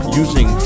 using